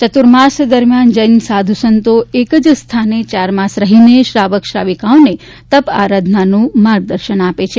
ચાતુર્માસ દરમ્યાન જૈન સાધુસંતો એક જ સ્થાને ચાર માસ રહીને શ્રાવક શ્રાવિકાઓને તપ આરાધનાનું માર્ગદર્શન આપશે